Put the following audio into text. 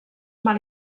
mal